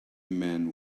men